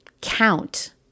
Count